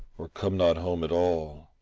or come not home at all,